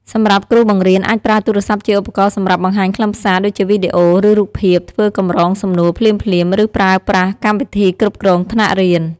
សម្រាប់គ្រូបង្រៀនអាចប្រើទូរស័ព្ទជាឧបករណ៍សម្រាប់បង្ហាញខ្លឹមសារ ដូចជាវីដេអូ ឬរូបភាព ធ្វើកម្រងសំណួរ ភ្លាមៗ ឬប្រើប្រាស់កម្មវិធីគ្រប់គ្រងថ្នាក់រៀន។